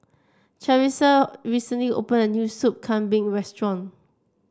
Charissa recently opened a new Soup Kambing restaurant